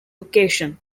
occasion